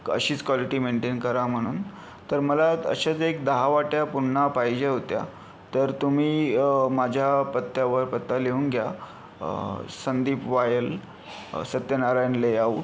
अशीच quality maintain करा म्हणून तर मला अशाच एक दहा वाट्या पुन्हा पाहिजे होत्या तर तुम्ही माझ्या पत्त्यावर पत्ता लिहून घ्या संदीप वाहेल सत्यनारायण लेआऊट